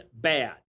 bad